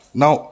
now